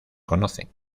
conocen